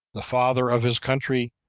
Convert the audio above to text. the father of his country,